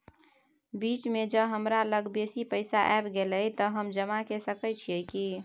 बीच म ज हमरा लग बेसी पैसा ऐब गेले त हम जमा के सके छिए की?